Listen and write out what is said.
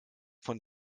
von